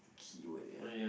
keyword ya